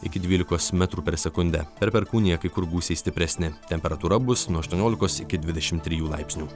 iki dvylikos metrų per sekundę per perkūniją kai kur gūsiai stipresni temperatūra bus nuo aštuoniolikos iki dvidešimt trijų laipsnių